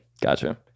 Gotcha